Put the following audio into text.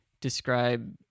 describe